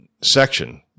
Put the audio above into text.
section